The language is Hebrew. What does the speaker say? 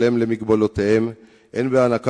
לצורך זה יש בכוונתי לפעול ליישום חוקי ההעסקה לאנשים